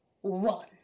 One